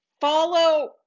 follow